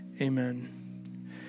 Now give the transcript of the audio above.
Amen